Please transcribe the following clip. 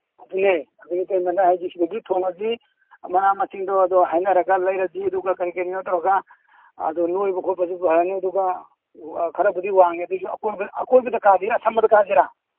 ꯑꯗꯨꯅꯦ ꯑꯗꯨꯅ ꯏꯇꯩꯃꯅ ꯁꯤꯗꯒꯤ ꯊꯣꯡꯉꯁꯤ ꯃꯅꯥ ꯃꯁꯤꯡꯗꯣ ꯍꯥꯏꯅꯔꯒ ꯂꯩꯔꯁꯤ ꯑꯗꯨꯒ ꯀꯔꯤ ꯀꯔꯤꯅꯣ ꯇꯧꯔꯒ ꯑꯗꯨ ꯅꯣꯏꯕ ꯈꯣꯠꯄꯁꯨ ꯐꯔꯅꯤ ꯑꯗꯨꯒ ꯈꯔꯕꯨꯗꯤ ꯋꯥꯡꯉꯦ ꯑꯗꯨꯏꯁꯨ ꯑꯀꯣꯏꯕꯗ ꯑꯁꯝꯕꯗ ꯀꯥꯁꯤꯔꯥ